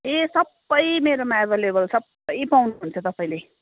ए सबै मेरोमा एभालेबल सबै पाउनुहुन्छ तपाईँले